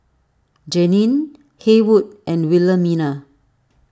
Jeanine Haywood and Wilhelmina